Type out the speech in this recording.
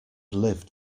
lived